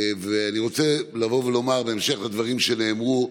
בהמשך לדברים שנאמרו,